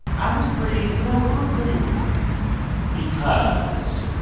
i was pretty you know, we were pretty weird because